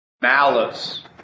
malice